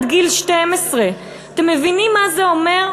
עד גיל 12. אתם מבינים מה זה אומר?